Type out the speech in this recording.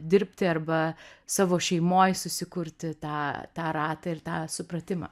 dirbti arba savo šeimoj susikurti tą tą ratą ir tą supratimą